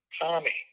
Tommy